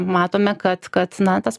matome kad kad na tas